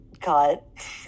cut